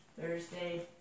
Thursday